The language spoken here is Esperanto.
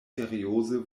serioze